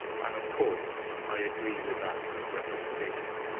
and of course i agree with that recommendation.